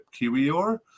Kiwior